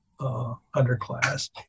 underclass